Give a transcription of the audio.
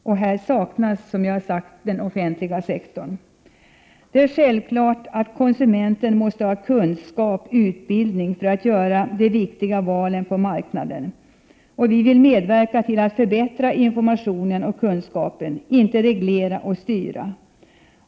Men här saknas som sagt den offentliga sektorn. Det är självklart att konsumenten måste ha kunskap/utbildning för att göra de viktiga valen på marknaden. Vi vill medverka till att förbättra informationen och kunskapen — inte reglera och styra.